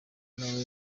noriella